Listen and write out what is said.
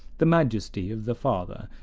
the majesty of the father,